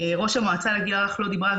ראש המועצה לגיל הרך לא דיברה,